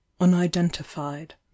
unidentified